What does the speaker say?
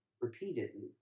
repeatedly